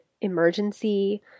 emergency